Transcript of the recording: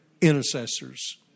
intercessors